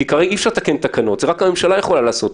כרגע אי-אפשר לתקן תקנות, ורק הממשלה יכולה לעשות.